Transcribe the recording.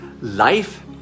Life